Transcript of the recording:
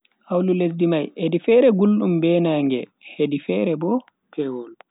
Hawlu lesdi mai hedi fere guldum be naage hedi fere bo pewol.